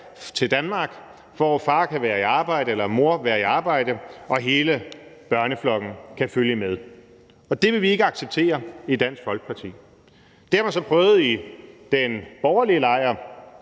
til Danmark, hvor far eller mor kan være i arbejde, og hele børneflokken kan følge med. Og det vil vi ikke acceptere i Dansk Folkeparti. Det har man så prøvet at håndtere i den borgerlige lejr